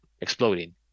exploding